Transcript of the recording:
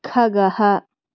खगः